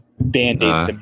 Band-aids